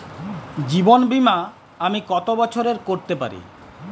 জীবন বীমা আমি কতো বছরের করতে পারি?